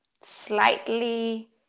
slightly